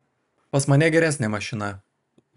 pas mane geresnė mašina